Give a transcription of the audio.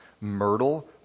myrtle